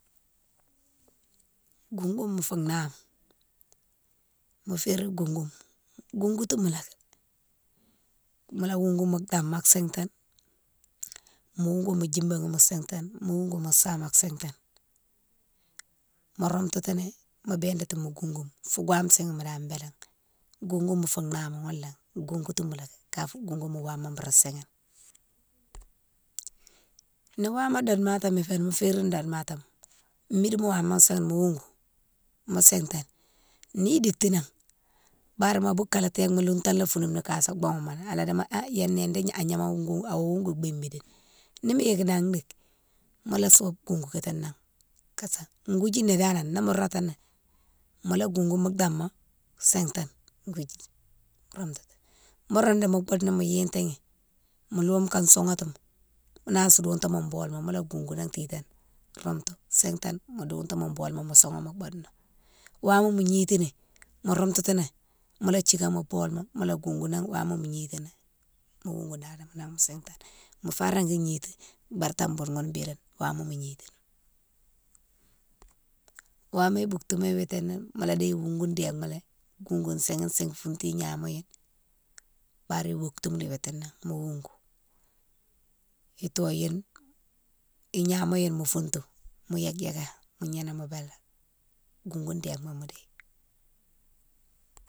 Goungouma fou nama, mo férien goungouma, goungoutou malé, mola goungou mo dama sitane, mo goungou mo djibéima mo sitane, mo goungou mo sama sitane, mo routoutini mo bédati mo goungouma fou gouwame sihima dane bélé, goungouma fou nama ghounné, goungoutouma lé ka fou goungou mo wama boura sihine. Ni wama domatoma féni mo férine domatoma midi ma wama séhine mo wougou, mo sitane ni diti nan bare ma boukalé téma lountan ma lé founoume ni kasa boughoumoni, alasa dima ha gnané di a gnama wougou, awa wougou bine midine. Ni mo yike dane dike mola sobe goungou koté nan kasa, gouidjina dana ni mo rotani mola goungou mo dama sintane gouidjide roumtou. Mo roudou mo boude na mo yitighi mo lome ka soughatima, mo nansi doutane mo boulima, mola goungou nan titane romtou, sintane, mo doutou mo bolima mo soughane mo boude na. Wama mo gnitighi, mo romtitini, mola thikame mo bolima mola wougou nan wama mo gnitighi mo wougou nan na sintane, mofa régui gniti birtane boude ghounne bélé wama mo gnitini. Wama iboutouma witine, mola déye goungou dégma goungou sighane sih fountou gnamaghé bari iboutouma witinan mo wougou, itoghine, ignamé yéne mo fountou, mo yék yéké mo gnéné mo bél, goungou déma mo déye.